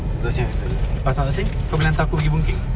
tan tock seng I lepas tan tock seng kau boleh hantar aku pergi boon keng